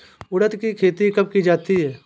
उड़द की खेती कब की जाती है?